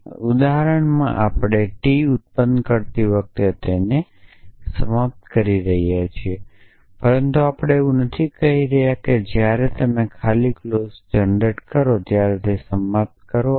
તે ઉદાહરણમાં આપણે T મેળવતી વખતે તેને સમાપ્ત કરી રહ્યા છીએ પરંતુ આપણે એવું નથી કહી રહ્યા કે જ્યારે તમે નલ ક્લોઝ જનરેટ કરો ત્યારે તમે તે સમાપ્ત કરો છો